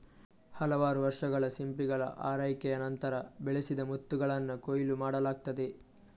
ಹಲವಾರು ವರ್ಷಗಳ ಸಿಂಪಿಗಳ ಆರೈಕೆಯ ನಂತರ, ಬೆಳೆಸಿದ ಮುತ್ತುಗಳನ್ನ ಕೊಯ್ಲು ಮಾಡಲಾಗ್ತದೆ